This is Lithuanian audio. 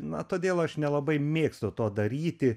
na todėl aš nelabai mėgstu to daryti